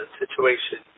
situation